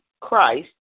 Christ